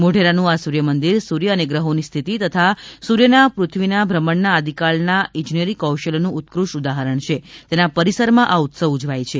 મોઢેરાનું આ સૂર્યમંદિર સૂર્ય અને ગ્રહોની સ્થિતિ તથા સૂર્યના પૃથ્વી ભ્રમણના આદિકાળના ઇજનેરી કૌશલ્યનું ઉત્કૃષ્ટ ઉદાહરણ છે તેના પરિસરમાં આ ઉત્સવ ઉજવાય છે